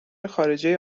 خارجه